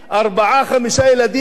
ארבעה-חמישה ילדים,